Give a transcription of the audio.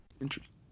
Interesting